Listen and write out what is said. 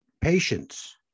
patience